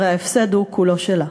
הרי ההפסד כולו שלה.